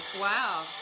wow